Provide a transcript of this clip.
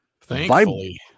Thankfully